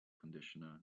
conditioner